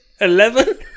eleven